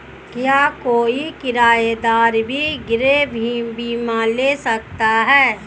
क्या कोई किराएदार भी गृह बीमा ले सकता है?